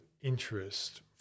interest